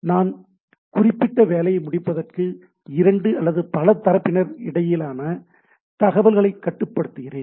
நான் குறிப்பிட்ட வேலையை முடிப்பதற்கு இரண்டு அல்லது பல தரப்பினர் இடையிலான தகவல்களை கட்டுப்படுத்துகிறேன்